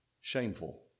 Shameful